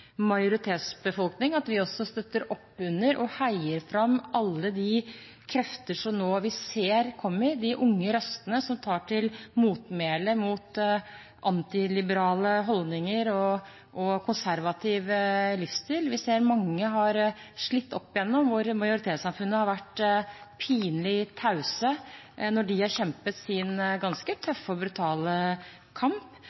majoritetsbefolkning støtter opp under og heier fram alle de krefter som vi nå ser kommer, de unge røstene som tar til motmæle mot antiliberale holdninger og konservativ livsstil. Vi ser at mange har slitt oppigjennom, mens majoritetssamfunnet har vært pinlig tause når de har kjempet sin ganske